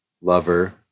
lover